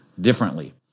differently